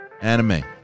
anime